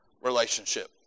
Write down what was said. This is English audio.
relationship